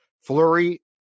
flurry